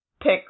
pick